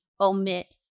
omit